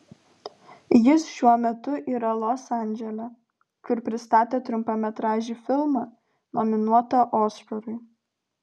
jis šiuo metu yra los andžele kur pristatė trumpametražį filmą nominuotą oskarui